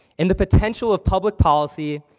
in the potential of public policy,